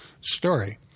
story